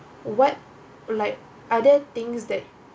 what like other things that